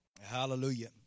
Hallelujah